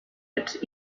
its